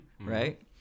right